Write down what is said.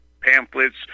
pamphlets